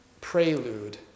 prelude